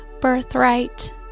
birthright